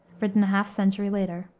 written a half-century later.